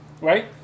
right